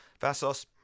Vasos